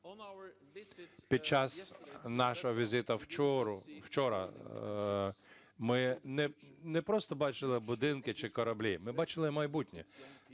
Під час нашого візиту вчора ми не просто бачили будинки чи кораблі - ми бачили майбутнє.